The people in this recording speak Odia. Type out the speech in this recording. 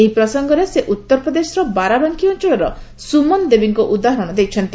ଏହି ପ୍ରସଙ୍ଗରେ ସେ ଉତ୍ତରପ୍ରଶେର ବାରାବାଙ୍କୀ ଅଞ୍ଚଳର ସୁମନ ଦେବୀଙ୍କ ଉଦାହରଣ ଦେଇଛନ୍ତି